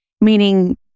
meaning